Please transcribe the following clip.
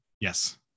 Yes